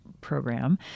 program